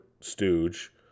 stooge